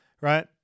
right